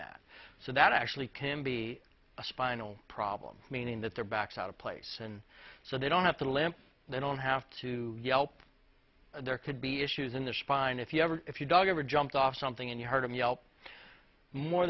that so that actually can be a spinal problem meaning that their backs out of place and so they don't have to limp they don't have to yelp there could be issues in the spine if you ever if you dog ever jumped off something and you heard